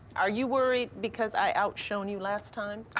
are you worried because i outshown you last time.